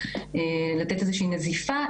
לתת איזו שהיא נזיפה,